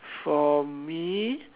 for me